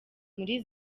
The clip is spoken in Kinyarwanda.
muri